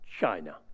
China